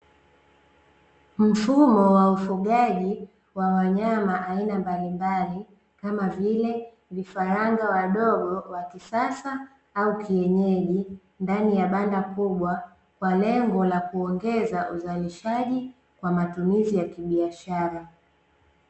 Mfumo wa ufugaji wa wanyama aina mbalimbali, kama vile vifaranga wadogo wa kisasa au kienyeji, ndani ya banda kubwa kwa lengo la kuongeza uzalishaji kwa matumizi ya kibiashara.